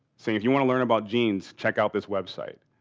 saying, if you want to learn about jeans, check out this website.